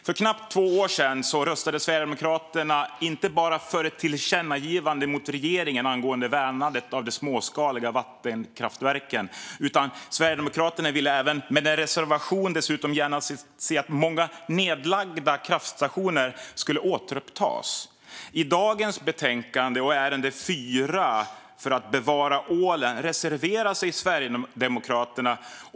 För knappt två år sedan röstade Sverigedemokraterna inte bara för ett tillkännagivande till regeringen angående värnandet av de småskaliga vattenkraftverken, utan Sverigedemokraterna ville även genom en reservation se att många nedlagda kraftstationer skulle återupptas. Under punkt 4 - om att bevara ålen - i dagens betänkande reserverar sig Sverigedemokraterna.